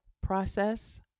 process